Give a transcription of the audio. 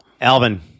Alvin